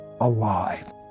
alive